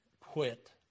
quit